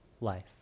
life